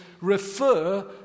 refer